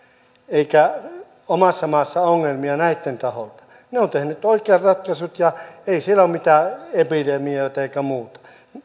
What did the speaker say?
eikä omassa maassa ongelmia näitten taholta he ovat tehneet oikeat ratkaisut ja ei siellä ole mitään epidemioita eikä muuta